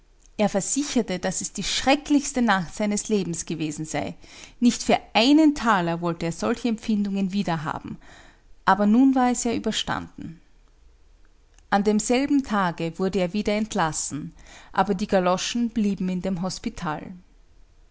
er versicherte daß es die schrecklichste nacht seines lebens gewesen sei nicht für einen thaler wollte er solche empfindungen wieder haben aber nun war es ja überstanden an demselben tage wurde er wieder entlassen aber die galoschen blieben in dem hospital